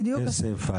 הכסף?